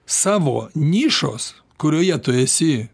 savo nišos kurioje tu esi